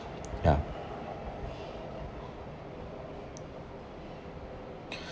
ya